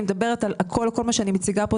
כל מה שאני מציגה כאן,